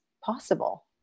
possible